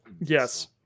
Yes